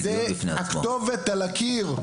שם הכתובת על הקיר.